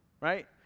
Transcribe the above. right